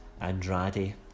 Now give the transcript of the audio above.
Andrade